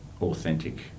authentic